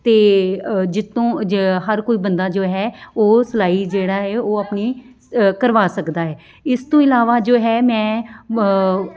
ਅਤੇ ਜਿਹ ਤੋਂ ਜ ਹਰ ਕੋਈ ਬੰਦਾ ਜੋ ਹੈ ਉਹ ਸਿਲਾਈ ਜਿਹੜਾ ਏ ਉਹ ਆਪਣੀ ਕਰਵਾ ਸਕਦਾ ਹੈ ਇਸ ਤੋਂ ਇਲਾਵਾ ਜੋ ਹੈ ਮੈਂ